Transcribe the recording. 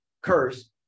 curse